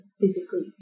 physically